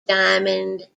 diamond